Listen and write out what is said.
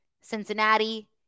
Cincinnati